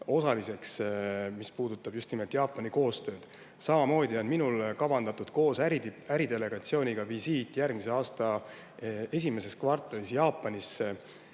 osaliseks, mis puudutab just nimelt Jaapaniga koostööd. Samamoodi on minul kavandatud koos äridelegatsiooniga järgmise aasta esimeses kvartalis visiit Jaapanisse.